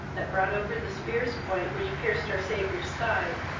that brought over the spear's point which pierced our saviour's side,